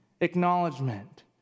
acknowledgement